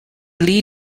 lead